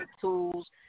tools